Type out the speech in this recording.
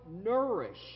nourish